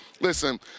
listen